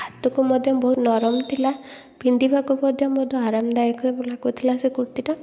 ହାତକୁ ମଧ୍ୟ ବହୁତ ନରମ ଥିଲା ପିନ୍ଧିବାକୁ ମଧ୍ୟ ବହୁତ ଆରାମ ଦାୟକ ଏବଂ ଲାଗୁଥିଲା ସେ କୁର୍ତ୍ତୀଟା